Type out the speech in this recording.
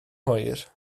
hwyr